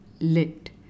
Lit